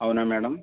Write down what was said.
అవునా మ్యాడం